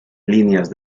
líneas